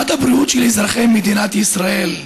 עד הבריאות של אזרחי מדינת ישראל.